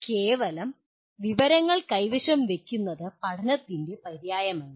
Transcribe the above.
അതിനാൽ കേവലം വിവരങ്ങൾ കൈവശം വയ്ക്കുന്നത് പഠനത്തിന്റെ പര്യായമല്ല